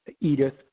Edith